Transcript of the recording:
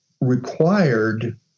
required